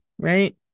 right